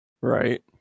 Right